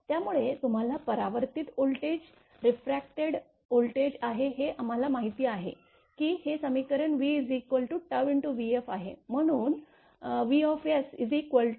त्यामुळे तुम्हाला परावर्तित व्होल्टेज रिफ्रॅटेड व्होल्टेज आहे हे आम्हाला माहीत आहे की हे समीकरण v vfआहे म्हणून v2CSZc1CS